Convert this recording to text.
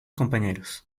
compañeros